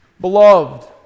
Beloved